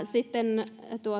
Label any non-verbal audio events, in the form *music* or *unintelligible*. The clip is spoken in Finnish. *unintelligible* sitten vielä